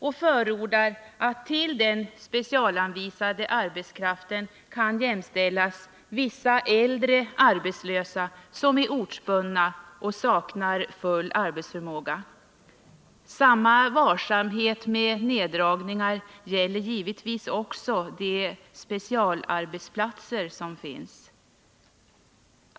Utskottet anser att man med den specialanvisade arbetskraften kan jämställa vissa äldre arbetslösa som är ortsbundna och saknar full arbetsförmåga. Samma varsamhet med neddragningar gäller givetvis också de specialarbetsplatser som finns.